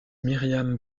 myriam